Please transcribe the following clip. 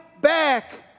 back